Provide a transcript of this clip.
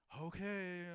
Okay